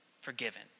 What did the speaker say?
forgiven